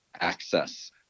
access